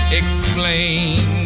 explain